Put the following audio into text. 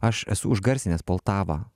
aš esu užgarsinęs poltavą